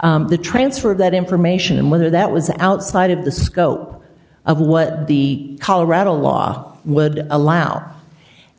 case the transfer of that information and whether that was outside of the scope of what the colorado law would allow